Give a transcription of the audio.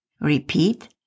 Repeat